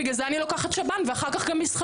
בגלל זה אני לוקח שב"ן ואחר כך גם מסחרי.